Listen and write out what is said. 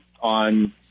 on